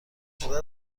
شده